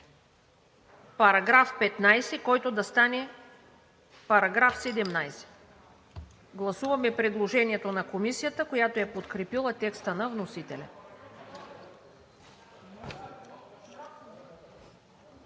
§ 15, който да стане § 17. Гласуваме предложението на Комисията, която е подкрепила текста на вносителя.